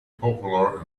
popular